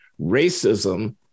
racism